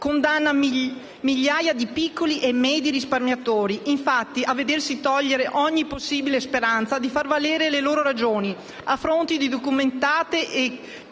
condanna migliaia di piccoli e medi risparmiatori, infatti, a vedersi togliere ogni possibile speranza di far valere le loro ragioni, a fronte di documentate e